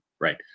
right